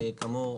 כאמור,